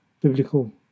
biblical